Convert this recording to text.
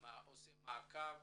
ומבצע המעקב,